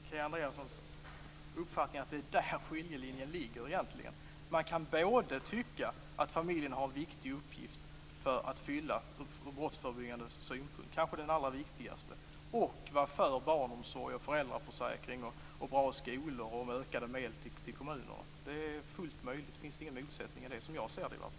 Herr talman! Jag delar inte Kia Andreassons uppfattning att det är där skiljelinjen ligger. Man kan både tycka att familjen har en viktig uppgift att fylla ur brottsförebyggande synpunkt, kanske den allra viktigaste, och vara för barnomsorg, föräldraförsäkring, bra skolor och ökade medel till kommunerna. Det är fullt möjligt. Det finns ingen motsättning i detta, som jag ser det.